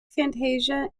fantasia